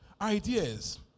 Ideas